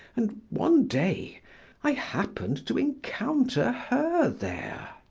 and one day i happened to encounter her there.